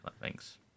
Thanks